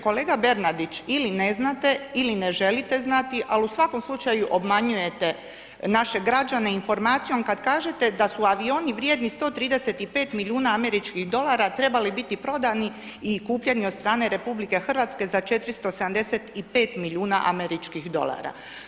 Kolega Bernardić, ili ne znate, ili ne želite znati, al u svakom slučaju obmanjujete naše građane informacijom kad kažete da su avioni vrijedni 135 milijuna američkih dolara, trebali biti prodani i kupljeni od strane RH za 475 milijuna američkih dolara.